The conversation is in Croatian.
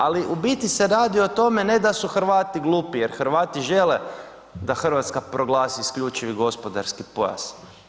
Ali u biti se radi o tome ne da su Hrvati glupi, jer Hrvati žele da Hrvatska proglasi isključivi gospodarski pojas.